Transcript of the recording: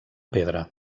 pedra